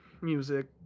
music